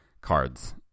cards